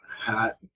hat